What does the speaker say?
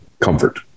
comfort